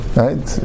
right